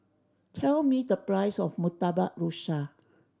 tell me the price of Murtabak Rusa